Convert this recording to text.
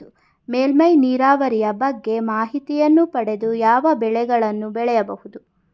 ಮೇಲ್ಮೈ ನೀರಾವರಿಯ ಬಗ್ಗೆ ಮಾಹಿತಿಯನ್ನು ಪಡೆದು ಯಾವ ಬೆಳೆಗಳನ್ನು ಬೆಳೆಯಬಹುದು?